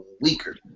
weaker